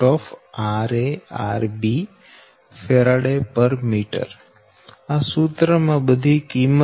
14 8